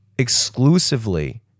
exclusively